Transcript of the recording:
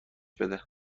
بده